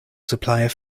supplier